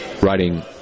writing